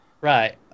right